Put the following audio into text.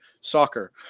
soccer